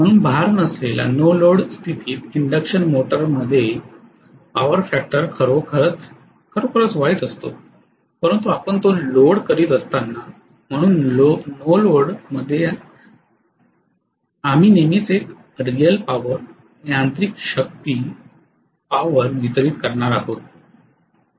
म्हणून भार नसलेल्या स्थितीत इंडक्शन मोटरमध्ये पॉवर फॅक्टर खरोखरच खरोखरच वाईट असतो परंतु आपण तो लोड करीत असताना म्हणून नो लोड मध्ये आम्ही नेहमीच एक रीयल पॉवर यांत्रिक शक्ती वितरीत करणार आहोत